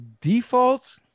default